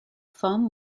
foam